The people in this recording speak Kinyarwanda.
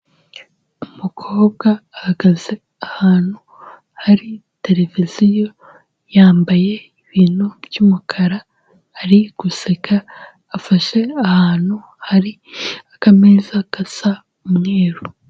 Umukobwa ahagaze ahantu hari televiziyo, yambaye ibintu by'umukara, ari guseka afashe ahantu hari akameza gasa umweru.